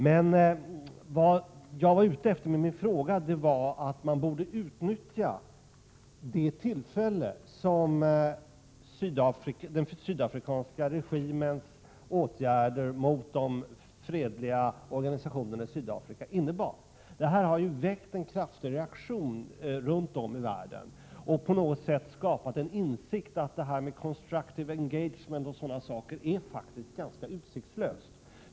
Men vad jag var ute efter med min fråga var att man borde utnyttja det tillfälle som den sydafrikanska regimens åtgärder mot de fredliga organisationerna i Sydafrika gav. Dessa åtgärder har väckt en kraftig reaktion runt om i världen och på något sätt skapat en insikt om att detta med constructive engagement och sådana saker faktiskt är någonting ganska utsiktslöst.